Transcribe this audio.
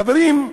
חברים,